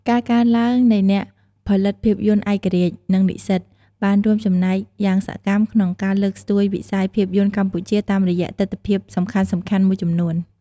ការកើនឡើងនៃអ្នកផលិតភាពយន្តឯករាជ្យ និងនិស្សិត បានរួមចំណែកយ៉ាងសកម្មក្នុងការលើកស្ទួយវិស័យភាពយន្តកម្ពុជាតាមរយៈទិដ្ឋភាពសំខាន់ៗមួយចំនួន។